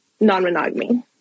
non-monogamy